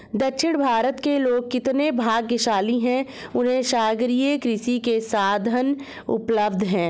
दक्षिण भारत के लोग कितने भाग्यशाली हैं, उन्हें सागरीय कृषि के साधन उपलब्ध हैं